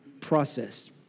process